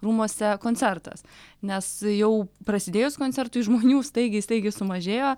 rūmuose koncertas nes jau prasidėjus koncertui žmonių staigiai staigiai sumažėjo